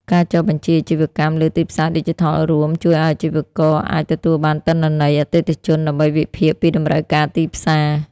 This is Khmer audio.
ការចុះបញ្ជីអាជីវកម្មលើទីផ្សារឌីជីថលរួម ជួយឱ្យអាជីវករអាចទទួលបានទិន្នន័យអតិថិជន ដើម្បីវិភាគពីតម្រូវការទីផ្សារ។